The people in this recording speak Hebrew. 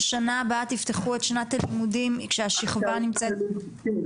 ששנה הבאה תפתחו את שנת הלימודים כשהשכבה --- כן,